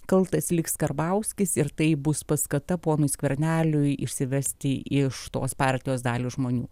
kaltas liks karbauskis ir tai bus paskata ponui skverneliui išsivesti iš tos partijos dalį žmonių